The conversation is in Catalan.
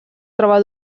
troba